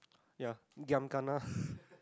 ya giam kana